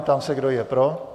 Ptám se, kdo je pro.